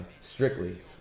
strictly